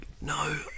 No